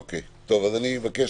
אני מבקש